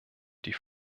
die